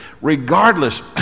regardless